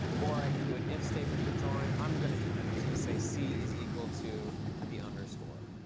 or i can do an if statement for drawing. i'm going to do that. i'm going to say c is equal to the underscore.